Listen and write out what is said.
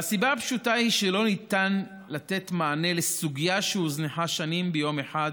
והסיבה הפשוטה היא שלא ניתן לתת מענה לסוגיה שהוזנחה שנים ביום אחד